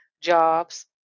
jobs